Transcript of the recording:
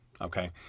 Okay